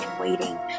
waiting